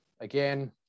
Again